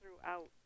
throughout